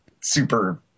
super